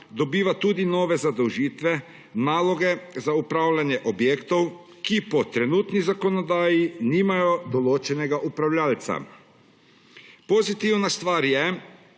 ki po trenutni zakonodaji nimajo določenega upravljavca. Pozitivna stvar je,